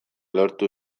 lortu